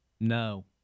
No